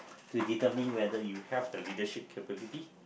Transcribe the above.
to determine whether you have the leadership capability